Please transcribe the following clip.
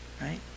right